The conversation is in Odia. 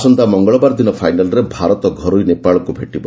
ଆସନ୍ତା ମଙ୍ଗଳବାର ଦିନ ଫାଇନାଲ୍ରେ ଭାରତ ଘରୋଇ ନେପାଳକୁ ଭେଟିବ